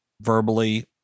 verbally